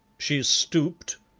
she stooped,